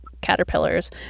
caterpillars